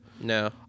No